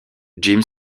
jim